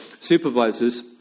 supervisors